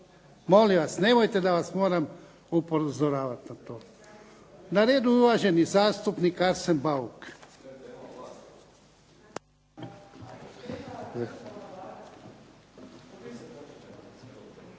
Molim vas, nemojte da vas moram upozoravat na to. Na redu je uvaženi zastupnik Arsen Bauk.